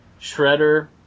shredder